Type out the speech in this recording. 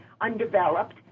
undeveloped